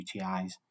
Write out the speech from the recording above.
UTIs